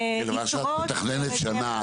יתרות --- אבל כשאת מתכננת שנה,